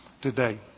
today